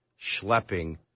schlepping